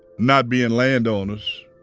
not being landowners.